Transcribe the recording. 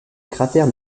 cratère